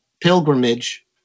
pilgrimage